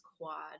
quad